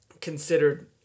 considered